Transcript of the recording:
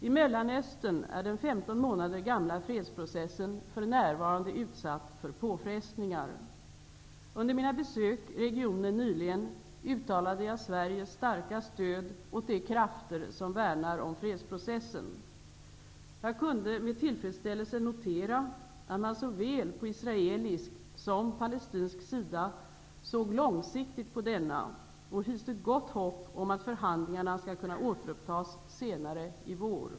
I Mellanöstern är den 15 månader gamla fredsprocessen för närvarande utsatt för påfrestningar. Under mina besök i regionen nyligen uttalade jag Sveriges starka stöd åt de krafter som värnar om fredsprocessen. Jag kunde med tillfredsställelse notera att man på såväl israelisk som palestinsk sida såg långsiktigt på denna och hyste gott hopp om att förhandlingarna skall kunna återupptas senare i vår.